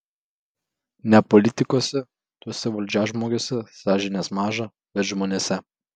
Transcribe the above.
ne politikuose tuose valdžiažmogiuose sąžinės maža bet žmonėse